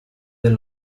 del